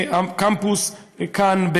הקמפוס כאן,